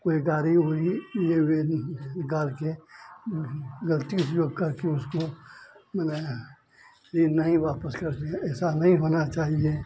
कोई गाड़ी उड़ी या वैन निकालकर गलती उपयोग करके उसको माने यह नहीं वापस कर रहे ऐसा नहीं होना चाहिए